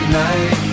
night